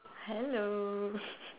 hello